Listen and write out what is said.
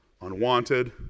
unwanted